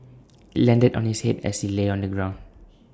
IT landed on his Head as he lay on the ground